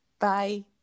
Bye